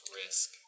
risk